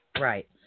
right